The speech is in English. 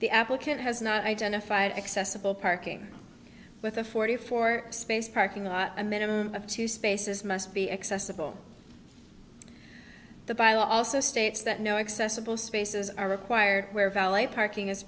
the applicant has not identified accessible parking with a forty four space parking lot a minimum of two spaces must be accessible by law also states that no accessible spaces are required where valet parking is